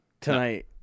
Tonight